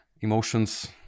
emotions